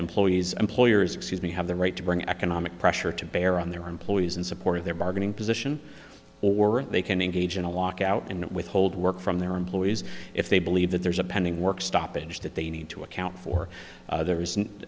employees employers excuse me have the right to bring economic pressure to bear on their employees in support of their bargaining position or they can engage in a lockout and withhold work from their employees if they believe that there's a pending work stoppage that they need to account for there isn't